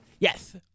Yes